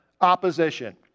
opposition